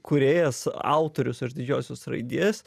kūrėjas autorius iš didžiosios raidės